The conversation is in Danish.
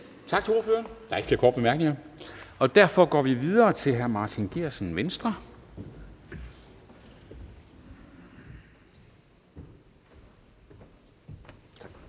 Tak til ordføreren. Der er ikke nogen korte bemærkninger, og derfor kan vi gå videre til fru Kirsten Normann